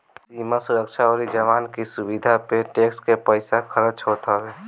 सीमा सुरक्षा अउरी जवान की सुविधा पे टेक्स के पईसा खरच होत हवे